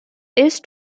ist